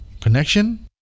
Connection